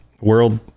world